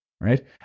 right